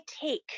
take